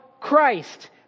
christ